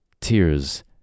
Tears